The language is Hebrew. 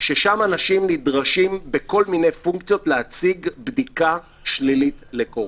ששם אנשים נדרשים בכל מיני פונקציות להציג בדיקה שלילית לקורונה.